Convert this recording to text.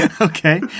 okay